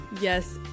Yes